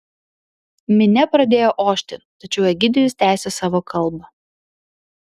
minia pradėjo ošti tačiau egidijus tęsė savo kalbą